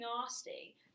nasty